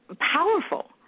powerful